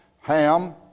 Ham